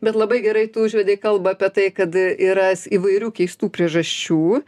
bet labai gerai tu užvedei kalbą apie tai kad yra įvairių keistų priežasčių